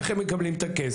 איך הם מקבלים את הכסף?